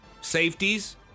Safeties